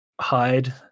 hide